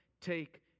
take